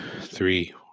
three